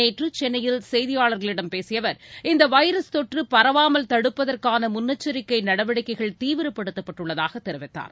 நேற்று சென்னையில் செய்தியாளர்களிடம் பேசிய அவர் இந்த வைரஸ் தொற்று பரவாமல் தடுப்பதற்கான முன்னெச்சரிக்கை நடவடிக்கைகள் தீவிரப்படுத்தப்பட்டுள்ளதாக தெரிவித்தார்